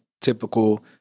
typical